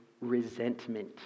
resentment